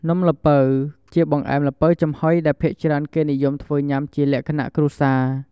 នំល្ពៅជាបង្អែមល្ពៅចំហុយដែលភាគច្រើនគេនិយមធ្វើញុាំជាលក្ខណៈគ្រួសារ។